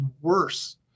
worse